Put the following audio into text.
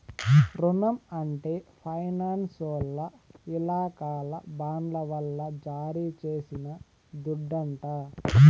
రునం అంటే ఫైనాన్సోల్ల ఇలాకాల బాండ్ల వల్ల జారీ చేసిన దుడ్డంట